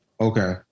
Okay